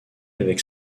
avec